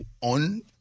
on